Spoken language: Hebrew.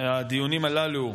שהדיונים הללו,